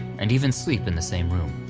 and even sleep in the same room.